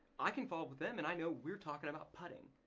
i can follow up with them and i know we're talking about putting.